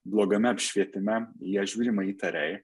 blogame apšvietime į ją žiūrima įtariai